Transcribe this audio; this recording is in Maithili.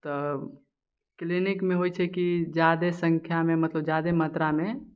तऽ क्लिनिकमे होइ छै की जादे सङ्ख्यामे मतलब जादे मात्रामे